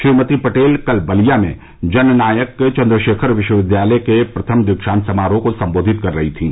श्रीमती पटेल कल बलिया में जननायक चंद्रशेखर विश्वविद्यालय के प्रथम दीक्षांत समारोह को संबोधित कर रही थीं